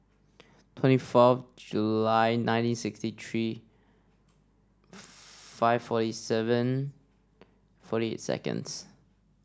twenty four July nineteen sixty three five forty seven forty eight seconds